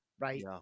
right